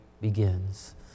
begins